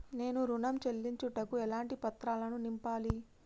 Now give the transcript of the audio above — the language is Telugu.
నేను ఋణం చెల్లించుటకు ఎలాంటి పత్రాలను నింపాలి?